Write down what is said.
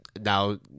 now